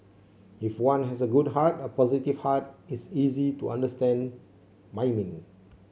if one has a good heart a positive heart it's easy to understand miming